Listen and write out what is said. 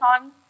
on